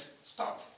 Stop